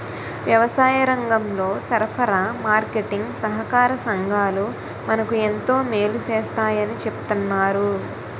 వ్యవసాయరంగంలో సరఫరా, మార్కెటీంగ్ సహాకార సంఘాలు మనకు ఎంతో మేలు సేస్తాయని చెప్తన్నారు